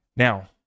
Now